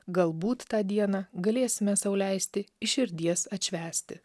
galbūt tą dieną galėsime sau leisti iš širdies atšvęsti